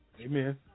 Amen